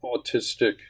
autistic